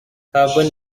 carbon